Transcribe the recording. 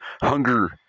Hunger